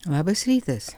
labas rytas